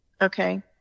Okay